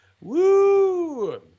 Woo